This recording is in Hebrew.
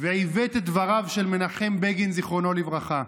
ועיוות את דבריו של מנחם בגין, זיכרונו לברכה.